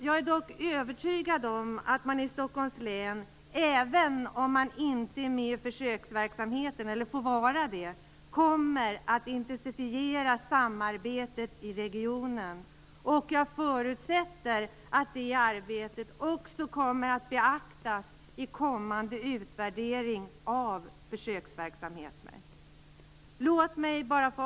Jag är dock övertygad om att man i Stockholms län, även om man inte är med i försöksverksamheten eller får vara det, kommer att intensifiera samarbetet i regionen, och jag förutsätter att det arbetet också kommer att beaktas i den kommande utvärderingen av försöksverksamheten.